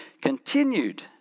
continued